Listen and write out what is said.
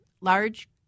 large